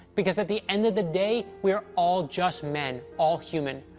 because at the end of the day, we're all just men, all human.